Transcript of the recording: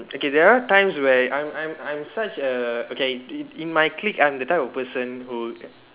okay there are times where I'm I'm I'm such a okay in in my clique I'm the type of person who